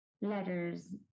letters